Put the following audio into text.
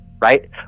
right